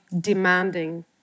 demanding